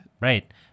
Right